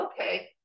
okay